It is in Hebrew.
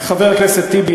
חבר הכנסת טיבי,